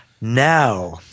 Now